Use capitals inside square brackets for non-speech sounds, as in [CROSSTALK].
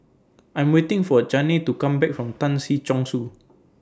I'm waiting For Chaney to Come Back [NOISE] from Tan Si Chong Su